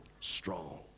strong